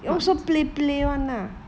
also play play [one] lah